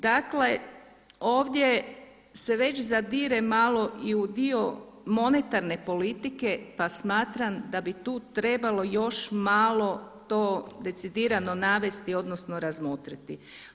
Dakle, ovdje se već zadire malo i u dio monetarne politike pa smatram da bi tu trebalo još malo to decidirano navesti odnosno razmotriti.